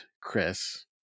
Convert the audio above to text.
Chris